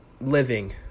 living